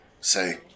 say